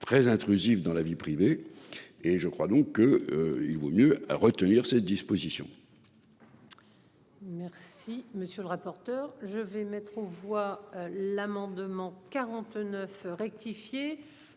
très intrusif dans la vie privée et je crois donc. Il vaut mieux retenir ces dispositions. Merci monsieur. Sur le rapporteur je vais mettre aux voix l'amendement 49 rectifié